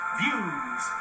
views